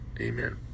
amen